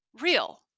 real